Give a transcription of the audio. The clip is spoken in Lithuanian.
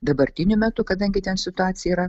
dabartiniu metu kadangi ten situacija yra